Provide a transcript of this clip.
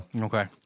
Okay